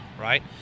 right